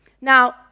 Now